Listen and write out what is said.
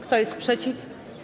Kto jest przeciw?